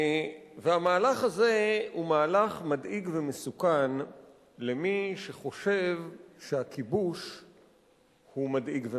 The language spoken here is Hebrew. המהלך הזה הוא מהלך מדאיג ומסוכן למי שחושב שהכיבוש הוא מדאיג ומסוכן.